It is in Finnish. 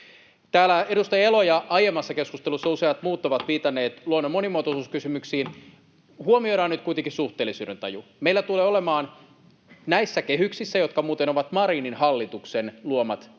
Täällä edustaja Elo ja aiemmassa keskustelussa useat muut ovat viitanneet luonnon monimuotoisuuskysymyksiin: Huomioidaan nyt kuitenkin suhteellisuudentaju. Meillä tulee olemaan näissä kehyksissä — jotka muuten ovat Marinin hallituksen luomat kehystasot,